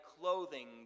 clothing